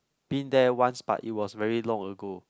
been there once but it was very long ago